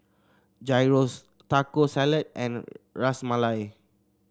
Gyros Taco Salad and Ras Malai